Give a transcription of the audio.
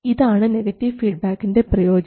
ഇതാണ് നെഗറ്റീവ് ഫീഡ്ബാക്കിൻറെ പ്രയോജനം